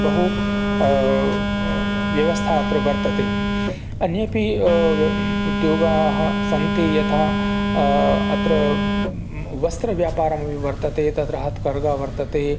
बहु व्यवस्था अत्र वर्तते अन्येपि उद्योगाः सन्ति यथा अत्र वस्त्रव्यापारमपि वर्तते तत्र हत्कर्घा वर्तते